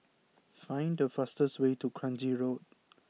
find the fastest way to Kranji Road